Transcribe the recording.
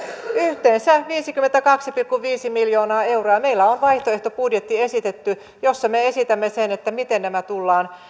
yhteensä viisikymmentäkaksi pilkku viisi miljoonaa euroa meillä on vaihtoehtobudjetti esitetty jossa me esitämme sen miten nämä tullaan